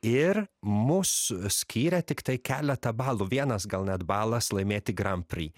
ir mus skyrė tiktai keletą balų vienas gal net balas laimėti grand prix